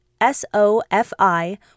S-O-F-I